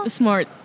smart